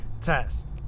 test